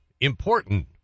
important